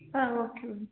ಹಾಂ okay ma'am